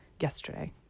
yesterday